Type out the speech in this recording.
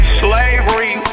slavery